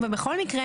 בכל מקרה,